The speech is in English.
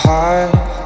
Heart